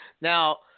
Now